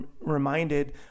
reminded